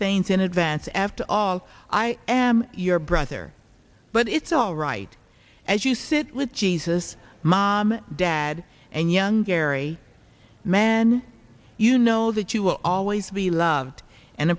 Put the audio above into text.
things in advance after all i am your brother but it's all right as you sit with jesus mom dad and young gary men you know that you will always be loved and